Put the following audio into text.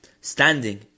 Standing